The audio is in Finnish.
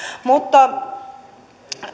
mutta tärkeää